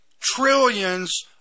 trillions